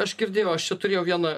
aš girdėjau aš čia turėjau vieną